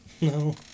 No